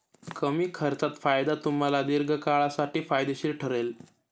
कमी खर्चात फायदा तुम्हाला दीर्घकाळासाठी फायदेशीर ठरेल